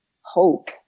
hope